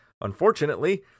Unfortunately